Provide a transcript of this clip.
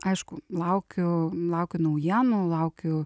aišku laukiu laukiu naujienų laukiu